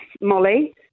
Molly